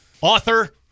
author